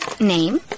Name